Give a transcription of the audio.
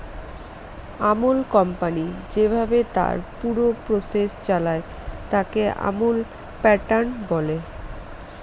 Amul company যেভাবে তার পুরো প্রসেস চালায়, তাকে আমুল প্যাটার্ন বলে